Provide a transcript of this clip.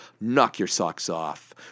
knock-your-socks-off